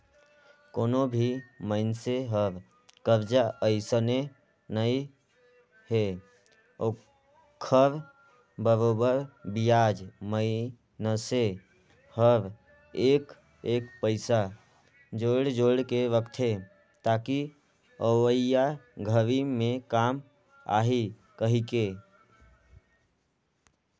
कोनो भी मइनसे हर करजा अइसने नइ हे ओखर बरोबर बियाज मइनसे हर एक एक पइसा जोयड़ जोयड़ के रखथे ताकि अवइया घरी मे काम आही कहीके